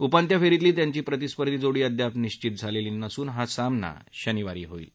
उपांत्य फेरीतली त्यांची प्रतिस्पर्धी जोडी अद्याप निशित झालेली नसून हा सामना शनिवारी होईल